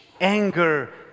anger